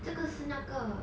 这个是那个